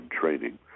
training